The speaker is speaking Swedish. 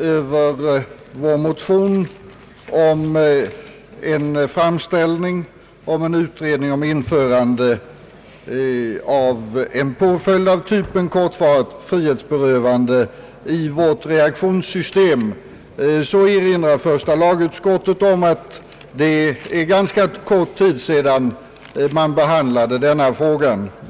över vår motion om en utredning angående införande av påföljd av typen kortvarigt frihetsberövande i reaktionssystemet mot brott erinrar första lagutskottet om att ganska kort tid förflutit sedan samma fråga senast behandlades.